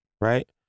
right